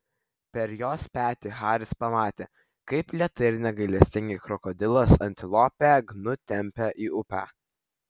per jos petį haris pamatė kaip lėtai ir negailestingai krokodilas antilopę gnu tempia į upę